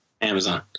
Amazon